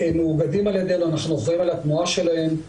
אנחנו אחראים על התנועה שלהם,